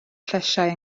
llysiau